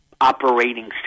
operating